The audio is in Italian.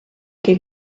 che